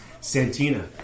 Santina